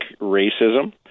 racism